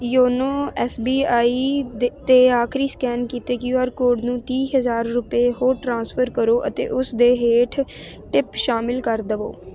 YONO S B I 'ਤੇ ਆਖਰੀ scan ਕੀਤੇ ਕੁਊਆਰ ਕੋਡ ਨੂੰ ਤੀਹ ਹਜ਼ਾਰ ਰੁਪਏ ਹੋਰ ਟ੍ਰਾਂਸਫਰ ਕਰੋ ਅਤੇ ਉਸ ਦੇ ਹੇਠ ਟਿਪ ਸ਼ਾਮਿਲ ਕਰ ਦਵੋ